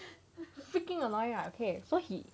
freaking annoying right okay so he